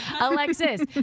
Alexis